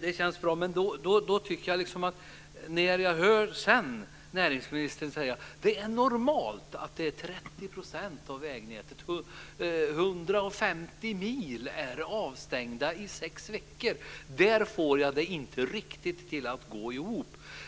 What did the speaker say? Men när jag sedan hör näringsministern säga att det är normalt att 30 % av vägnätet, 150 mil, är avstängt i sex veckor så får jag det inte riktigt att gå ihop.